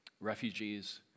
refugees